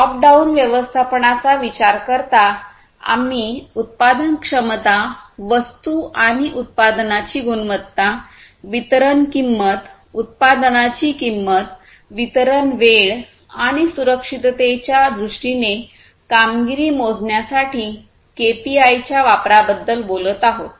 top down व्यवस्थापनाचा विचार करता आम्ही उत्पादनक्षमता वस्तू आणि उत्पादनांची गुणवत्ता वितरण किंमत उत्पादनाची किंमत वितरण वेळ आणि सुरक्षिततेच्या दृष्टीने कामगिरी मोजण्यासाठी केपीआयच्या वापराबद्दल बोलत आहोत